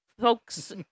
folks